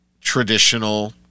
traditional